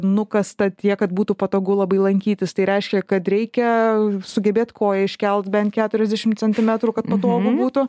nukasta tiek kad būtų patogu labai lankytis tai reiškia kad reikia sugebėt koją iškelt bent keturiasdešim centimetrų kad malonu būtų